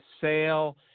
sale